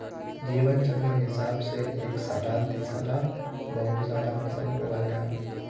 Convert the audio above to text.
जीवन चक्रेर हिसाब से एक साला दिसाला बहु साला फसल उगाल जाहा